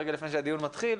רגע לפני שהדיון מתחיל.